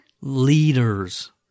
leaders